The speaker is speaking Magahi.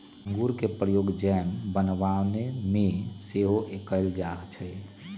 इंगूर के प्रयोग जैम बनाबे में सेहो कएल जाइ छइ